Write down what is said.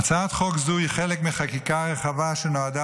הצעת חוק זו היא חלק מחקיקה רחבה שנועדה